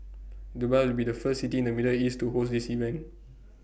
Dubai will be the first city in the middle east to host this event